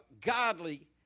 godly